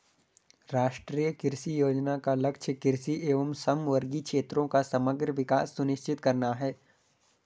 राष्ट्रीय कृषि योजना का लक्ष्य कृषि एवं समवर्गी क्षेत्रों का समग्र विकास सुनिश्चित करना है